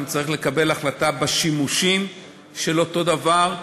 גם צריך לקבל החלטה על השימושים באותו דבר.